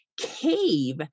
cave